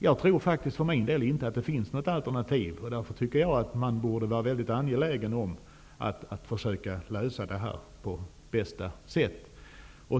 Jag tror för min del faktiskt att det inte finns något alternativ. Därför anser jag att man borde vara mycket angelägen om att försöka lösa denna fråga på bästa sätt.